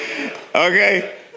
Okay